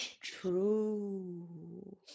True